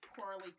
poorly